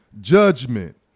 judgment